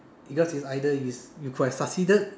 because is either you could have succeeded